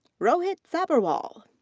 rohit sabharwal.